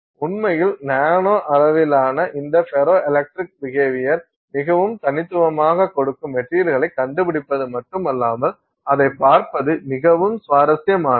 உண்மையில் நானோ அளவிலான இந்த ஃபெரோ எலக்ட்ரிக் பிகேவியர் மிகவும் தனித்துவமாகக் கொடுக்கும் மெட்டீரியல்களை கண்டுபிடிப்பது மட்டுமல்லாமல் அதைப் பார்ப்பது மிகவும் சுவாரஸ்யமானது